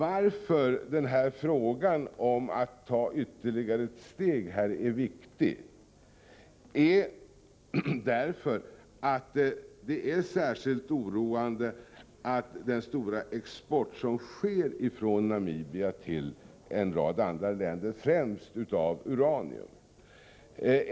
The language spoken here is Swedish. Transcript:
Anledningen till att det är viktigt att här ta ytterligare ett steg är att det är mycket oroande att det från Namibia till en rad andra länder äger rum en stor export av främst uranium.